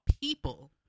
people